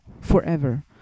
forever